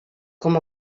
com